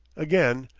again,